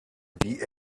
die